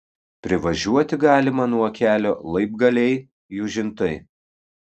privažiuoti galima nuo kelio laibgaliai jūžintai